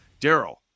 Daryl